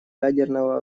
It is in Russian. ядерно